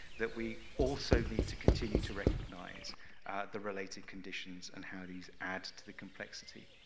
that we also need to continue to recognize the related conditions, and how these add to the complexity.